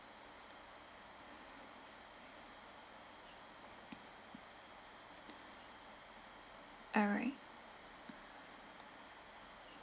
alright